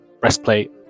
breastplate